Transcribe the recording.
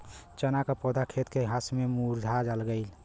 चन्ना क पौधा खेत के घास से मुरझा गयल